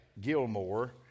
Gilmore